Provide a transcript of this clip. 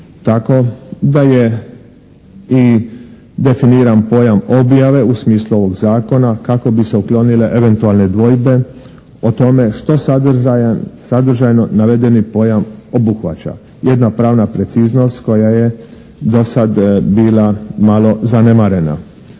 Tako da je i definiran pojam objave u smislu ovog zakona kako bi se uklonile eventualne dvojbe o tome što sadržajno navedeni pojam obuhvaća. Jedna pravna preciznost koja je do sad bila malo zanemarena.